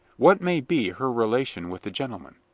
what may be her relation with the gen tleman?